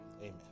Amen